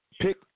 pick